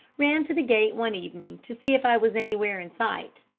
ran to the gate one evening to see if i was anywhere in sight.